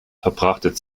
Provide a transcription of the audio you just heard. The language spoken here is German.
verbrachte